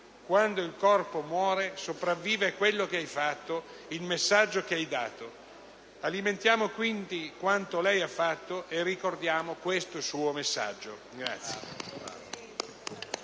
muore il corpo sopravvive quello che hai fatto, il messaggio che hai dato». Alimentiamo quindi quanto lei ha fatto e ricordiamo questo suo messaggio.